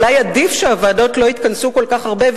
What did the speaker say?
אולי עדיף שהוועדות לא יתכנסו כל כך הרבה,